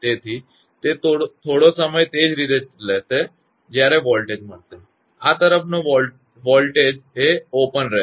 તેથી તે થોડો સમય તે જ રીતે લેશે જ્યારે વોલ્ટેજ મળશે આ તરફનો વોલ્ટેજ ખુલ્લોઓપન રહેશે